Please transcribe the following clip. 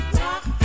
rock